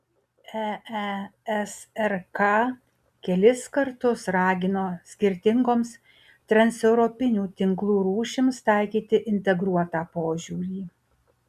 eesrk kelis kartus ragino skirtingoms transeuropinių tinklų rūšims taikyti integruotą požiūrį